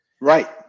Right